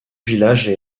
villages